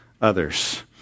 others